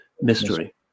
mystery